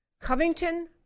Covington